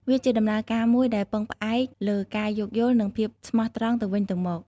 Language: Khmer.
វាជាដំណើរការមួយដែលពឹងផ្អែកលើការយោគយល់ និងភាពស្មោះត្រង់ទៅវិញទៅមក។